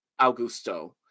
Augusto